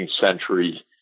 century